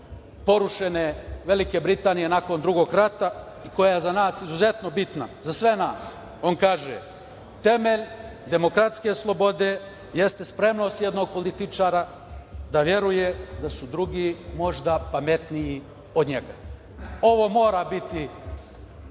porušene Velike Britanije nakon Drugog rata koja je za nas izuzetno bitna, za sve nas, on kaže: "Temelj demokratske slobode jeste spremnost jednog političara da veruje da su drugi možda pametniji od njega".Ovo mora biti